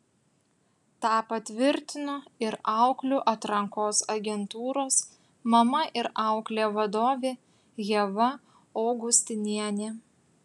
tą patvirtino ir auklių atrankos agentūros mama ir auklė vadovė ieva augustinienė